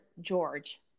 George